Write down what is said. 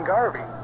Garvey